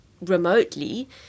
remotely